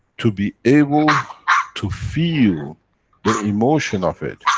to be able to feel the emotion of it,